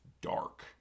dark